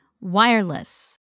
Wireless